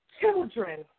children